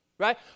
Right